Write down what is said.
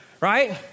right